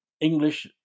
English